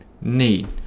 need